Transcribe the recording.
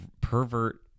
pervert